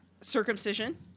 Circumcision